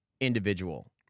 individual